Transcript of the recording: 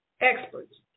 experts